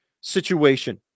situation